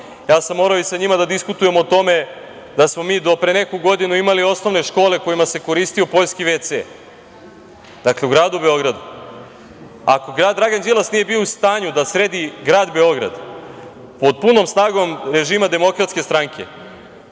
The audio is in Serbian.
ja sam morao i sa njima da diskutujem o tome da smo mi do pre neku godinu imali osnovne škole u kojima se koristio poljski vc, u gradu Beogradu. Ako Dragan Đilas nije bio u stanju da sredi grad Beograd, pod punom snagom režima Demokratske stranke,